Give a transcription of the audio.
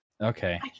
Okay